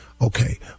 Okay